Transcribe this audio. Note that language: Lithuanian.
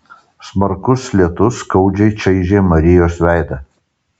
smarkus lietus skaudžiai čaižė marijos veidą